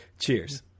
cheers